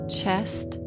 chest